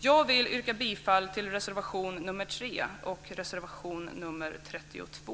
Jag vill yrka bifall till reservation 3 och reservation 32.